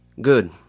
Good